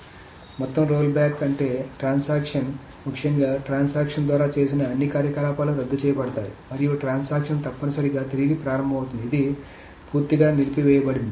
కాబట్టి మొత్తం roll back అంటే ట్రాన్సాక్షన్ ముఖ్యంగా ట్రాన్సాక్షన్ ద్వారా చేసిన అన్ని కార్యకలాపాలు రద్దు చేయబడ్డాయి మరియు ట్రాన్సాక్షన్ తప్పనిసరిగా తిరిగి ప్రారంభమవుతుంది ఇది పూర్తిగా నిలిపివేయబడింది